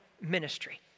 ministry